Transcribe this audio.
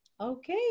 Okay